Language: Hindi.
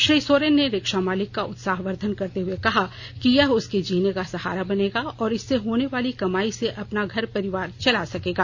श्री सोरेन ने रिक्शामालिक का उत्साहवर्धन करते हुए कहा कि यह उसके जीने का सहारा बनेगा और इससे होने वाली कमाई से अपना घर परिवार चला सकेगा